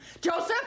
Joseph